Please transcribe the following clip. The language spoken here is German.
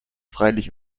freilich